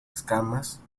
escamas